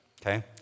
okay